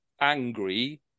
angry